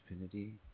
infinity